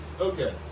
Okay